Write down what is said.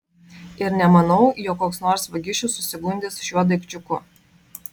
ir nemanau jog koks nors vagišius susigundys šiuo daikčiuku